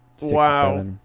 Wow